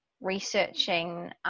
researching